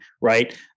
right